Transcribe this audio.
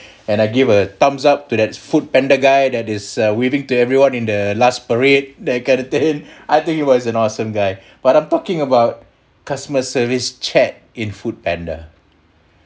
and I gave a thumbs up to that foodpanda guy that is waving to everyone in the last parade that kind of thing I think it was an awesome guy but I'm talking about customer service chat in foodpanda